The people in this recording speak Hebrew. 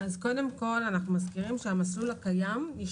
אז קודם כול, אנחנו מזכירים שהמסלול נשאר.